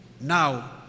Now